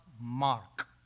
mark